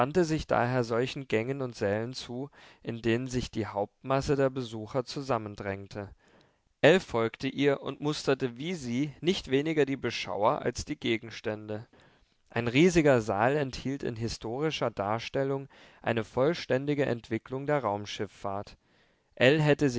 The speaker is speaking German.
sich daher solchen gängen und sälen zu in denen sich die hauptmasse der besucher zusammendrängte ell folgte ihr und musterte wie sie nicht weniger die beschauer als die gegenstände ein riesiger saal enthielt in historischer darstellung eine vollständige entwicklung der raumschiffahrt